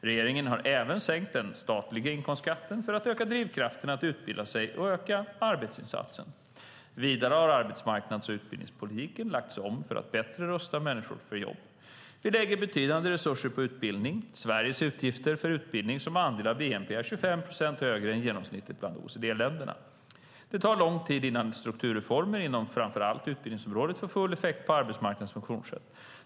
Regeringen har även sänkt den statliga inkomstskatten för att öka drivkrafterna att utbilda sig och öka arbetsinsatsen. Vidare har arbetsmarknads och utbildningspolitiken lagts om för att bättre rusta människor för jobb. Vi lägger betydande resurser på utbildning. Sveriges utgifter för utbildning som andel av bnp är 25 procent högre än genomsnittet bland OECD-länderna. Det tar lång tid innan strukturreformer inom framför allt utbildningsområdet får full effekt på arbetsmarknadens funktionssätt.